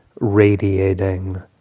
radiating